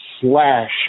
Slash